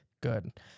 Good